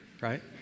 right